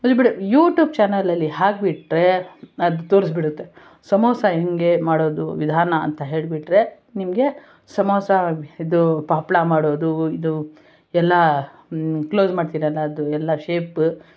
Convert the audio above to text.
ಇಲ್ಬಿಡು YouTube ಚಾನಲಲ್ಲಿ ಹಾಕಿಬಿಟ್ರೆ ಅದು ತೋರ್ಸ್ಬಿಡುತ್ತೆ ಸಮೋಸ ಹೇಗೆ ಮಾಡೋದು ವಿಧಾನ ಅಂತ ಹೇಳಿಬಿಟ್ರೆ ನಿಮಗೆ ಸಮೋಸ ಇದು ಪ ಹಪ್ಪಳ ಮಾಡೋದು ಇದು ಎಲ್ಲ ಕ್ಲೋಸ್ ಮಾಡ್ತೀರಲ್ಲ ಅದು ಎಲ್ಲ ಶೇಪ